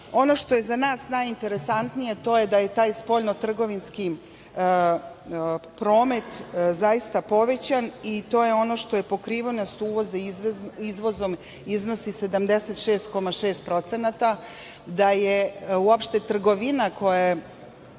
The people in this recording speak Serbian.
što je za nas najinteresantnije to je da je taj spoljnotrgovinski promet zaista povećan, i to je ono što pokrivenost uvoza izvozom iznosi 76,6%, da je uopšte trgovina koja je